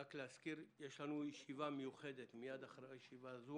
רק להזכיר יש לנו ישיבה מיוחדת מייד אחרי זו,